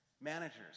Managers